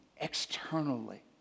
externally